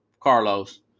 Carlos